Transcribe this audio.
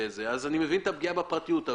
אז אני מבין את הפגיעה בפרטיות.